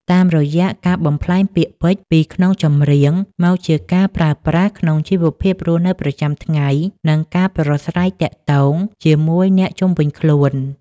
តាមរយៈការបំប្លែងពាក្យពេចន៍ពីក្នុងចម្រៀង មកជាការប្រើប្រាស់ក្នុងជីវភាពរស់នៅប្រចាំថ្ងៃ និងការប្រស្រ័យទាក់ទងជាមូយអ្នកជុំវិញខ្លួន។